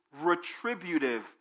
retributive